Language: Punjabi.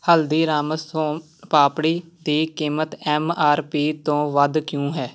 ਹਲਦੀਰਾਮਸ ਸੋਨ ਪਾਪੜੀ ਦੀ ਕੀਮਤ ਐੱਮ ਆਰ ਪੀ ਤੋਂ ਵੱਧ ਕਿਉਂ ਹੈ